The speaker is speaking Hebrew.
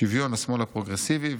שוויון לשמאל הפרוגרסיבי,